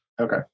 Okay